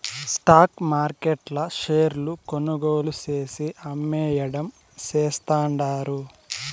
stock మార్కెట్ల షేర్లు కొనుగోలు చేసి, అమ్మేయడం చేస్తండారు